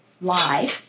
lie